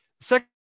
Second